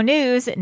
News